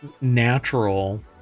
natural